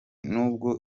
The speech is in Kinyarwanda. nubwo